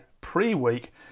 pre-week